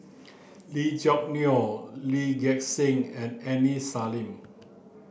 Lee Choo Neo Lee Gek Seng and Aini Salim